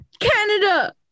Canada